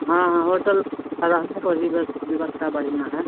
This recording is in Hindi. हाँ हाँ होटल रहने का भी वेवस्था बढ़ियाँ है